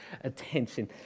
attention